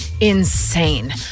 insane